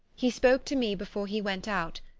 he spoke to me before he went out,